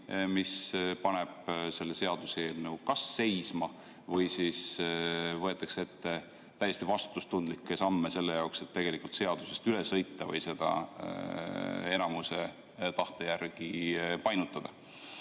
mis paneb selle seaduseelnõu kas seisma või siis võetakse täiesti [vastutustundetuid] samme selle jaoks, et tegelikult seadusest üle sõita või seda enamuse tahte järgi painutada.